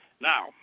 Now